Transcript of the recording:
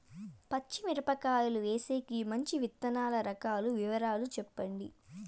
పచ్చి మిరపకాయలు వేసేకి మంచి విత్తనాలు రకాల వివరాలు చెప్పండి?